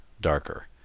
darker